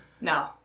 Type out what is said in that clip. No